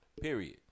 Period